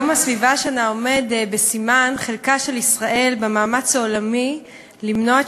יום הסביבה השנה עומד בסימן חלקה של ישראל במאמץ העולמי למנוע את